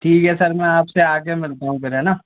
ठीक है सर मैं आप से आ कर मिलता हूँ फिर है ना